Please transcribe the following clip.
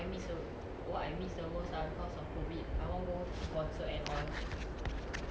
!wah! lucky you never book sia if not your money fly then eh got refund or not